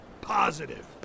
Positive